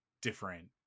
different